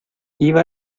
iba